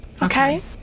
Okay